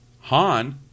Han